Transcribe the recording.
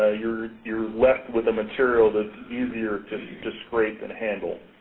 ah you're you're left with a material that's easier to to scrape and handle.